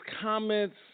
comments